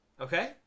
okay